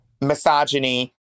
misogyny